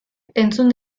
entzun